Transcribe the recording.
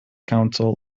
council